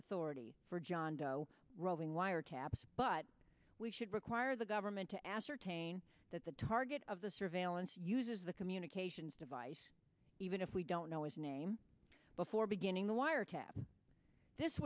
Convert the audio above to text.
authority for jondo roving wiretaps but we should require the government to ascertain that the target of the surveillance uses the communications device even if we don't know its name before beginning the wiretap this